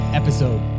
episode